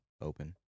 open